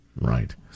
right